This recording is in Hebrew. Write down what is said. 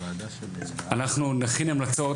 אנחנו נכין המלצות,